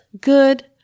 good